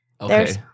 Okay